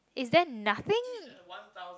is that nothing